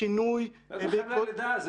בשינוי --- איזה חבלי לידה?